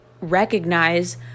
recognize